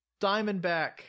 Diamondback